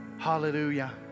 Hallelujah